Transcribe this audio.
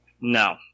No